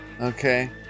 Okay